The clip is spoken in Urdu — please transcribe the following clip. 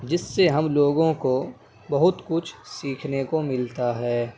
جس سے ہم لوگوں کو بہت کچھ سیکھنے کو ملتا ہے